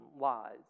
lies